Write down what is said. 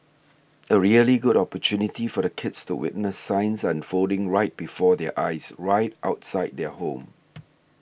a really good opportunity for the kids to witness science unfolding right before their eyes right outside their home